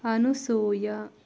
Anusuya